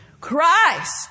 Christ